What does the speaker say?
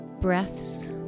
breaths